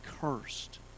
cursed